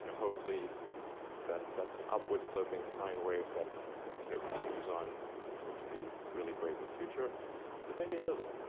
and hopefully that's a upwards sloping sign wave that you know continues on to to be really great in the future, but maybe it doesn't.